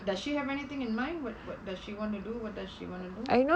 does she have anything in mind what what does she want to do what does she want to do